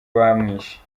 bamwishe